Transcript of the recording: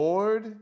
Lord